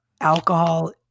alcohol